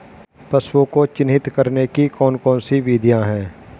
पशुओं को चिन्हित करने की कौन कौन सी विधियां हैं?